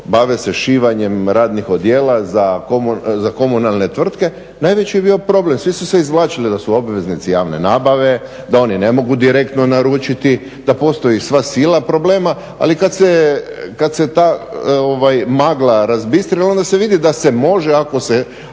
bave se šivanjem radnih odijela za komunalne tvrtke, najveći je bio problem, svi su se izvlačili da su obveznici javne nabave, da oni ne mogu direktno naručiti, da postoji sva sila problema ali kada se ta magla razbistrila onda se vidi da se može ako se